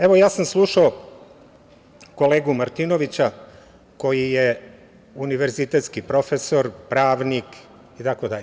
Evo, slušamo sam kolegu Martinovića koji je univerzitetski profesor, pravnik itd.